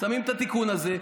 מתקנים את התיקון הזה,